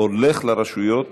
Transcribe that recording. הולך לרשויות